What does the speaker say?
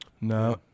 No